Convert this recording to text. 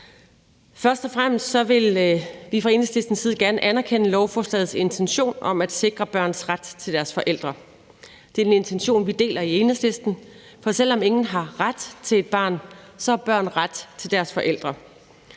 Først og fremmest vil vi fra Enhedslistens side gerne anerkende lovfofslagets intention om at sikre børns ret til deres forældre. Det er en intention, vi deler i Enhedlsistens, for selv om ingen har ret til et barn, så har børn ret til deres forældre.